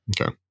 okay